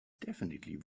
definitely